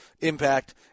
impact